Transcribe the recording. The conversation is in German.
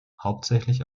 hauptsächlich